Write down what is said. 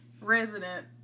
resident